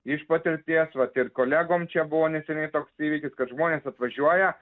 iš patirties vat ir kolegom čia buvo neseniai toks įvykis kad žmonės atvažiuoja